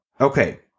Okay